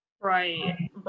Right